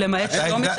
למעט שלומי,